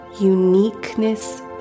uniqueness